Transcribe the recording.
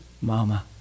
Mama